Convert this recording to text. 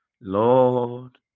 lord